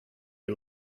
you